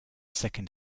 second